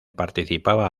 participaba